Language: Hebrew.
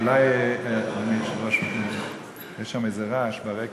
אדוני היושב-ראש, יש שם רעש ברקע.